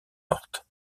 morte